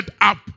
up